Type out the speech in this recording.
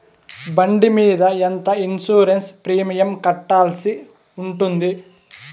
బండి మీద ఎంత ఇన్సూరెన్సు ప్రీమియం కట్టాల్సి ఉంటుంది?